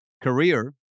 career